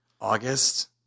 August